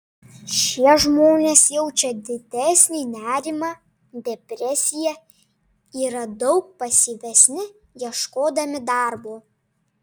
šie žmonės jaučia didesnį nerimą depresiją yra daug pasyvesni ieškodami darbo